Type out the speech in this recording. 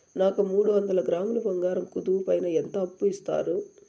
నాకు మూడు వందల గ్రాములు బంగారం కుదువు పైన ఎంత అప్పు ఇస్తారు?